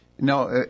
no